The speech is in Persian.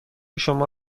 شما